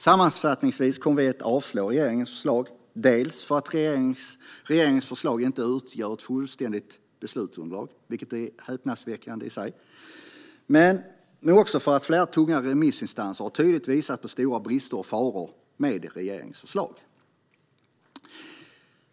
Sammanfattningsvis kommer vi att avstyrka regeringens förslag, dels för att det inte utgör ett fullständigt beslutsunderlag - vilket är häpnadsväckande i sig - och dels för att flera tunga remissinstanser tydligt har visat på stora brister och faror i förslaget.